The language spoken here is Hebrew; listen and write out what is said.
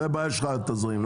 זאת בעיה שלך, התזרים.